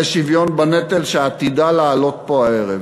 הצעת החוק לשוויון בנטל, שעתידה לעלות פה הערב.